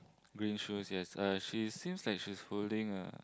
green shoes yes uh she seems like she's holding a